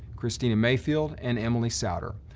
christina mayfield and emily sowder.